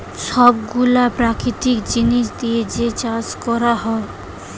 সব গুলা প্রাকৃতিক জিনিস দিয়ে যে চাষ কোরা হচ্ছে